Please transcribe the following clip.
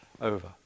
over